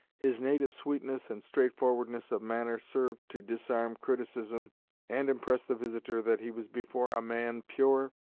his native sweetness and straightforwardness of manner served to disarm criticism and impress the visitor that he was before a man pure,